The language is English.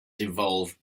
evolved